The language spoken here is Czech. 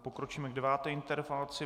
Pokročíme k deváté interpelaci.